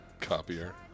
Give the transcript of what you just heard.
Copier